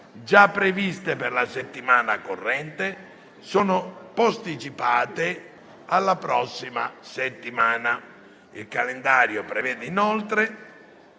già previste per la settimana corrente, sono posticipate alla prossima settimana. Il calendario prevede inoltre